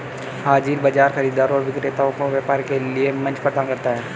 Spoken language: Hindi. हाज़िर बाजार खरीदारों और विक्रेताओं को व्यापार के लिए मंच प्रदान करता है